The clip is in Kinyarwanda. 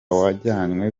wajyanywe